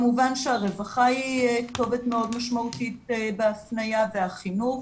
כמובן שהרווחה היא כתובת מאוד משמעותית בהפניה והחינוך.